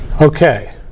Okay